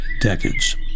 decades